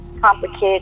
complicated